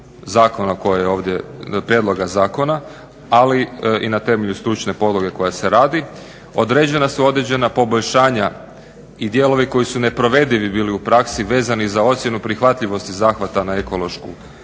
će biti u okviru prijedloga zakona ali i na temelju stručne podloge koja se radi. Određena su određena poboljšanja i dijelovi koji su neprovedivi bili u praksi vezani za ocjenu prihvatljivosti zahvata na ekološku